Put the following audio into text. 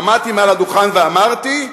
ועמדתי מעל הדוכן ואמרתי: